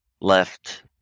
left